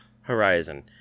horizon